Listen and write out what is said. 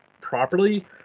properly